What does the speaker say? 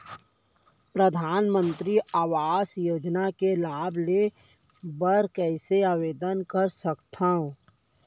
परधानमंतरी आवास योजना के लाभ ले बर कइसे आवेदन कर सकथव?